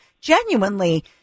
genuinely